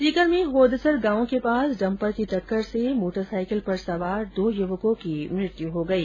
सीकर में होदसर गांव के पास डम्पर की टक्कर से मोटरसाईकिल पर सवार दो युवकों की मृत्यू हो गई